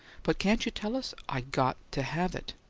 but can't you tell us i got to have it.